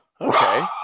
Okay